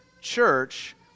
church